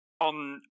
on